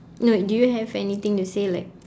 no do you have anything to say like